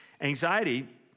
Anxiety